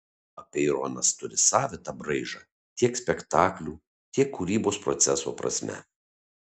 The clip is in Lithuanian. apeironas turi savitą braižą tiek spektaklių tiek kūrybos proceso prasme